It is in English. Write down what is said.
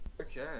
Okay